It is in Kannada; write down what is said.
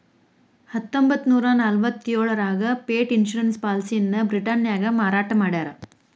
ಹತ್ತೊಂಬತ್ತನೂರ ನಲವತ್ತ್ಯೋಳರಾಗ ಪೆಟ್ ಇನ್ಶೂರೆನ್ಸ್ ಪಾಲಿಸಿಯನ್ನ ಬ್ರಿಟನ್ನ್ಯಾಗ ಮಾರಾಟ ಮಾಡ್ಯಾರ